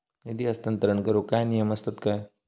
निधी हस्तांतरण करूक काय नियम असतत काय?